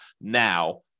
now